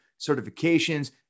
certifications